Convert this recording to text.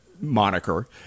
moniker